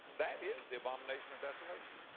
that is the abomination of desolation.